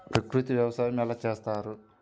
ప్రకృతి వ్యవసాయం ఎలా చేస్తారు?